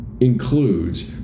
includes